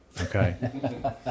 Okay